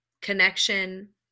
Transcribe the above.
connection